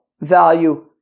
value